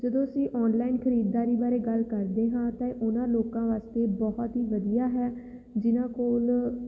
ਜਦੋਂ ਅਸੀਂ ਔਨਲਾਈਨ ਖਰੀਦਦਾਰੀ ਬਾਰੇ ਗੱਲ ਕਰਦੇ ਹਾਂ ਤਾਂ ਇਹ ਉਨ੍ਹਾਂ ਲੋਕਾਂ ਵਾਸਤੇ ਬਹੁਤ ਹੀ ਵਧੀਆ ਹੈ ਜਿਨ੍ਹਾਂ ਕੋਲ